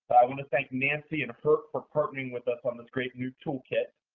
i want to thank nancy and herc for partnering with us on this great new toolkit.